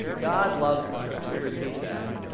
god loves them, let me repeat that.